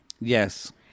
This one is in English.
Yes